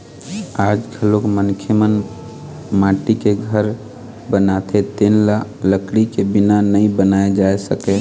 आज घलोक मनखे मन माटी के घर बनाथे तेन ल लकड़ी के बिना नइ बनाए जा सकय